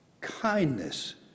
kindness